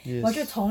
yes